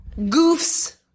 goofs